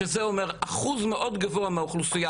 שזה אומר אחוז מאוד גבוה מהאוכלוסייה